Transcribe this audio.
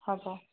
হ'ব